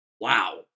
wow